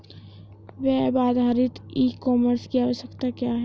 Web आधारित e commerce की आवश्यकता क्या है?